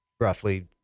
roughly